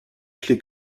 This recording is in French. clés